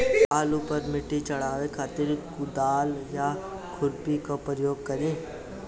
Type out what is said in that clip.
आलू पर माटी चढ़ावे खातिर कुदाल या खुरपी के प्रयोग करी?